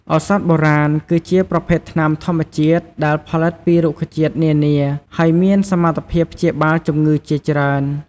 ឱសថបុរាណ គឺជាប្រភេទថ្នាំធម្មជាតិដែលផលិតពីរុក្ខជាតិនានា ហើយមានសមត្ថភាពព្យាបាលជម្ងឺជាច្រើន។